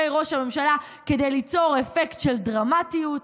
ראש הממשלה כדי ליצור אפקט של דרמטיות,